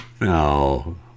no